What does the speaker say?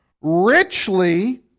richly